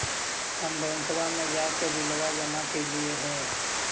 हम बैंकवा मे जाके बिलवा जमा कैलिऐ हे?